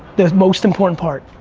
the most important part,